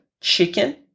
chicken